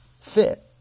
fit